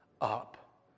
up